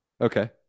Okay